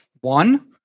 One